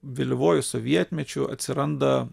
vėlyvuoju sovietmečiu atsiranda